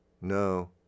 No